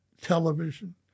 television